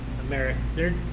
america